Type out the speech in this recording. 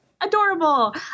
adorable